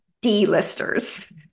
D-listers